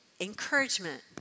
encouragement